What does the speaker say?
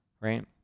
right